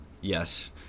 Yes